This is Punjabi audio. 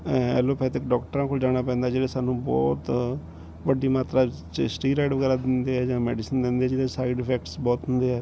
ਐਲੋਪੈਥਿਕ ਡੋਕਟਰਾਂ ਕੋਲ ਜਾਣਾ ਪੈਂਦਾ ਜਿਹੜੇ ਸਾਨੂੰ ਬਹੁਤ ਵੱਡੀ ਮਾਤਰਾ 'ਚ ਸਟੀਰਾਈਡ ਵਗੈਰਾ ਦਿੰਦੇ ਆ ਜਾਂ ਮੈਡੀਸਨ ਦਿੰਦੇ ਜਿਹਦੇ ਸਾਈਡ ਇਫੈਕਟਸ ਬਹੁਤ ਹੁੰਦੇ ਹੈ